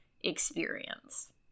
experience